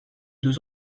deux